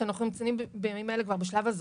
ואנחנו נמצאים בימים אלה כבר בשלב בחירת